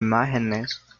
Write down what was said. imágenes